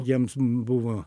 jiems buvo